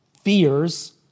fears